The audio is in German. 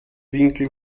winkel